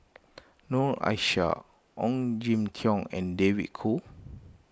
Noor Aishah Ong Jin Teong and David Kwo